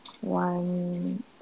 one